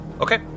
Okay